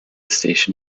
station